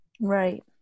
Right